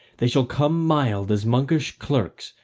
they shall come mild as monkish clerks,